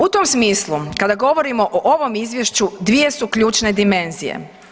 U tom smislu kad govorimo o izvješću, dvije su ključne dimenzije.